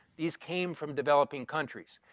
these came from developing countries.